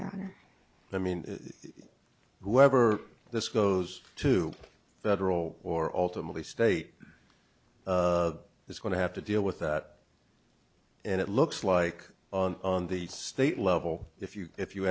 yeah i mean whoever this goes to federal or alternately state is going to have to deal with that and it looks like on the state level if you if you